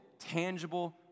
tangible